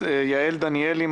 יעל דניאלי,